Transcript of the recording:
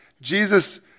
Jesus